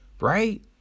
right